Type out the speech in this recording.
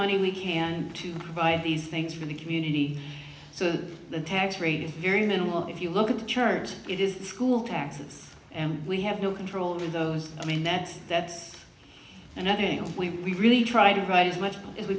money we can to buy these things from the community so the tax rate is very minimal if you look at the chart it is the school taxes and we have no control over those i mean that's that's another thing we really try to write as much as we